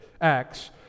acts